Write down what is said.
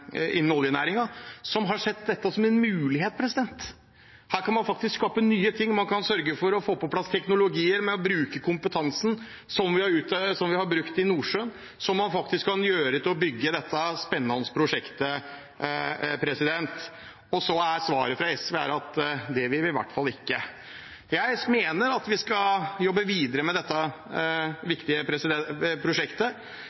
en mulighet. Her kan man faktisk skape nye ting, og man kan sørge for å få på plass teknologi ved å bruke kompetansen som vi har fra Nordsjøen, til faktisk å bygge dette spennende prosjektet. Og så er svaret fra SV at det vil vi i hvert fall ikke. Jeg mener at vi skal jobbe videre med dette